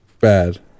bad